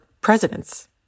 presidents